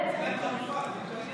אבל אין כרגע חלופה, זה בדיוק העניין.